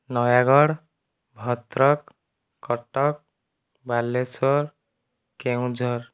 Nayagarh Bhadrak Cuttack Balasore Keonjhar